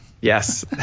Yes